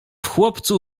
chłopcu